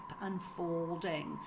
unfolding